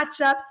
matchups